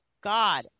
God